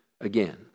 again